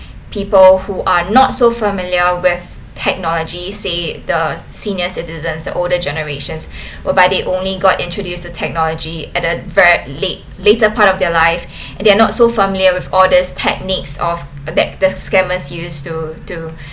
people who are not so familiar with technology say it the senior citizens the older generations whereby they only got introduced the technology at a very late later part of their life and they are not so familiar with all these techniques of that the scammers used to to